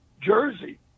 Jersey